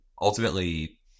ultimately